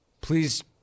please